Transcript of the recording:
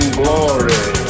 glory